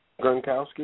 Gronkowski